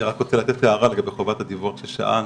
אני רק רוצה לתת הערה לגבי חובת הדיווח ששאלת,